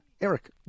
Eric